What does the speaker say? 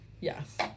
yes